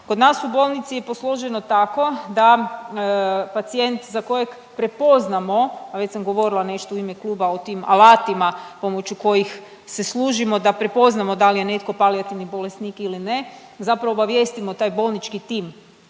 Kod nas u bolnici je posloženo tako da pacijent za kojeg prepoznamo, a već sam govorila nešto u ime kluba o tim alatima pomoću kojih se služimo da prepoznamo da li je netko palijativni bolesnik ili ne, zapravo obavijestimo taj bolnički tim